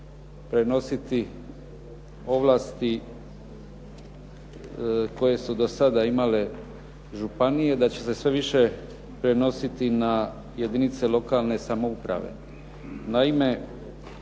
prenositi ovlasti koje su do sada imale županije, da će se sve više prenositi na jedinice lokalne samouprave.